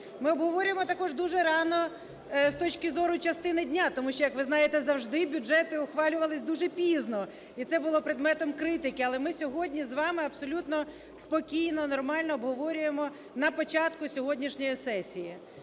Ми обговорюємо також дуже рано з точки зору частини дня. Тому що, як ви знаєте, завжди бюджети ухвалювались дуже пізно, і це було предметом критики. Але ми сьогодні з вами абсолютно спокійно, нормально обговорюємо на початку сьогоднішньої сесії.